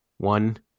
One